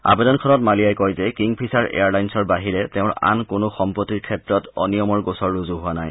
আবেদনখনত মালিয়াই কয় যে কিং ফিছাৰ এয়াৰলাইনছৰ বাহিৰে তেওঁৰ আন কোনো সম্পত্তিৰ ক্ষেত্ৰত অনিয়মৰ গোচৰ ৰুজু হোৱা নাই